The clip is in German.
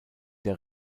der